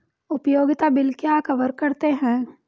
उपयोगिता बिल क्या कवर करते हैं?